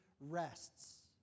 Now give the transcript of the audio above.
rests